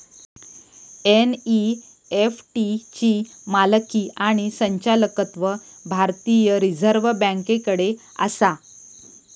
NEFT ची मालकी आणि संचालकत्व भारतीय रिझर्व बँकेकडे आसा